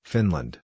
Finland